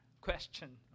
question